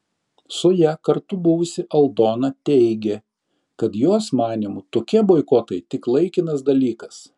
su ja kartu buvusi aldona teigė kad jos manymu tokie boikotai tik laikinas dalykas